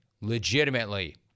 Legitimately